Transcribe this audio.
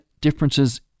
differences